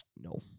No